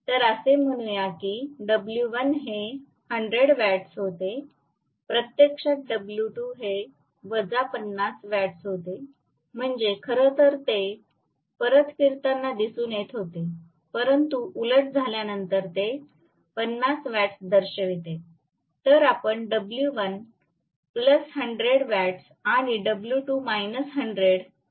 तर असे म्हणूया की W1 हे 100 वॅट्स होते प्रत्यक्षात W2 हे वजा 50 वॅट्स होते म्हणजे खरंतर ते परत फिरताना दिसून येत होते परंतु उलट झाल्यानंतर ते 50 वॅट्स दर्शविते तर आपण W1 100 वॅट्स आणि W2 100 हे आपण दाखवले कळले